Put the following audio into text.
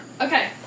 Okay